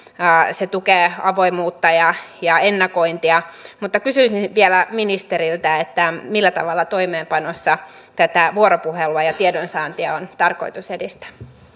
se tukee avoimuutta ja ja ennakointia mutta kysyisin vielä ministeriltä millä tavalla toimeenpanossa tätä vuoropuhelua ja tiedonsaantia on tarkoitus edistää